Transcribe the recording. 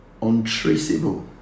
untraceable